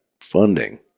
funding